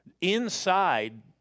Inside